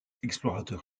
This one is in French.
explorateur